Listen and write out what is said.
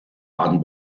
baden